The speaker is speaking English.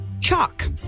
Chalk